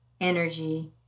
energy